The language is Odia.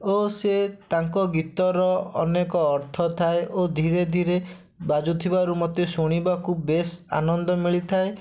ଓ ସେ ତାଙ୍କ ଗୀତର ଅନେକ ଅର୍ଥ ଥାଏ ଓ ଧୀରେ ଧୀରେ ବାଜୁଥିବାରୁ ମୋତେ ଶୁଣିବାକୁ ବେଶ୍ ଆନନ୍ଦ ମିଳିଥାଏ